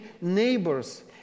neighbors